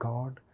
God